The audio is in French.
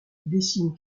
dessine